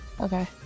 okay